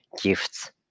gifts